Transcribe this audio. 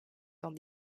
dans